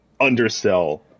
undersell